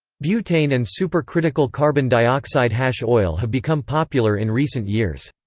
butane and supercritical carbon dioxide hash oil have become popular in recent years.